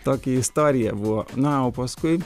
tokia istorija buvo na o paskui